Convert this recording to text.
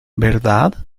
verdad